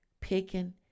picking